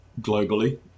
globally